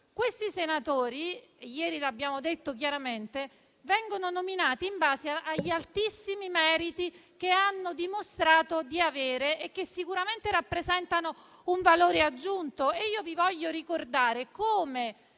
Questi senatori a vita, come ieri abbiamo detto chiaramente, vengono nominati in base agli altissimi meriti che hanno dimostrato di avere e che sicuramente rappresentano un valore aggiunto. Vi voglio ricordare quanto